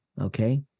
okay